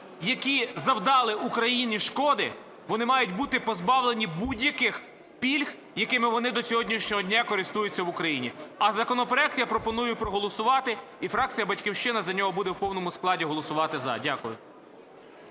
які завдали Україні шкоди, вони мають бути позбавлені будь-яких пільг, якими вони до сьогоднішнього дня користуються в Україні. А законопроект я пропоную проголосувати, і фракція "Батьківщина" за нього буде в повному складі голосувати за. Дякую.